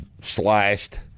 sliced